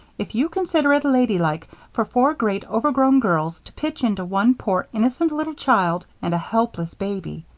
if you consider it ladylike for four great overgrown girls to pitch into one poor innocent little child and a helpless baby?